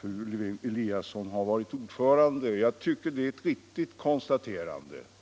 fru Lewén-Eliasson har varit ordförande - har arbetat fram. Det tycker jag är ett riktigt konstaterande.